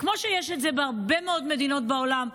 כמו שיש בהרבה מאוד מדינות בעולם,